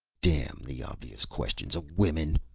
damn the obvious questions of women!